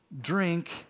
drink